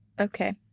okay